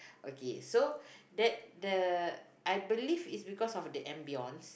okay so that the I believe it's because of the ambiance